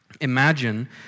Imagine